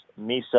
Misa